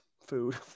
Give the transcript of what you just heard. food